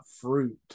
fruit